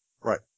Right